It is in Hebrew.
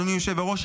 אדוני היושב-ראש,